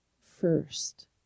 first